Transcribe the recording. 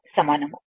ఇది గుర్తుంచుకోవాలి